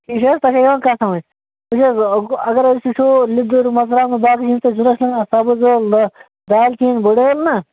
ٹھیٖک چھ حظ تۄہہِ چھو یِوان کتھ سمجھ وچھ حظ اگر أسۍ وچھو لیٚدر مَرژٕوانٛگن باقے یم تۄہہِ ضوٚرتھ آسنو سبز ٲلہٕ دالچیٖن بڑ ٲلۍ نہَ